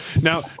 Now